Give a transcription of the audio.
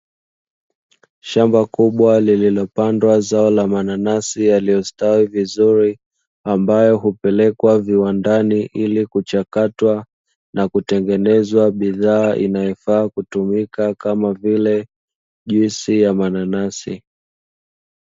Shamba kubwa lililopandwa zao la mananasi yaliyostawi vizuri, ambayo hupelekwa viwandani ili kuchakatwa na kutengenezwa bidhaa inayofaa kutumika kama vile juisi ya mananasi.